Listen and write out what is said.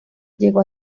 llegó